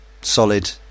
solid